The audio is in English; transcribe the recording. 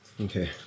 Okay